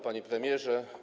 Panie Premierze!